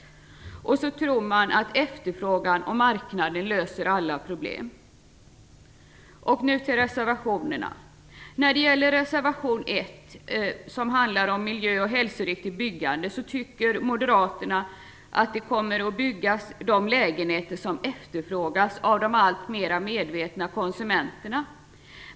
Dessutom tror man att efterfrågan och marknaden löser alla problem. Till reservationerna. När det gäller reservation 1, som handlar om miljö och hälsoriktigt byggande, anser moderaterna att det kommer att byggas sådana lägenheter som efterfrågas av de alltmer medvetna konsumenterna.